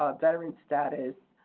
ah veteran status,